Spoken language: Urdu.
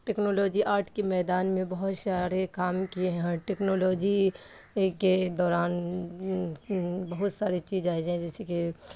ٹیکنالوجی آرٹ کی میدان میں بہت سارے کام کیے ہیں ٹیکنالوجی کے دوران بہت سارے چیز آئے جائیں جیسے کہ